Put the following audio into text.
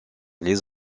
les